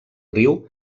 riu